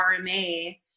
RMA